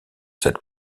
cette